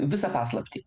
visą paslaptį